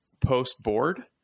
post-board